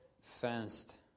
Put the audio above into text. fenced